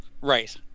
Right